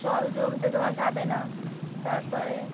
চল জমতে দেওয়া যাবে না তারপরে